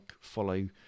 follow